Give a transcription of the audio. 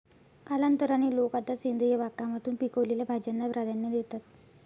कालांतराने, लोक आता सेंद्रिय बागकामातून पिकवलेल्या भाज्यांना प्राधान्य देतात